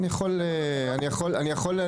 אני יכול, אני יכול.